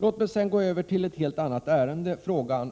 Låt mig sedan gå över till ett helt annat ärende, nämligen